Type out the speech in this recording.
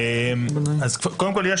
קודם כול,